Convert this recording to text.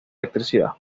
electricidad